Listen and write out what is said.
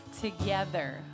together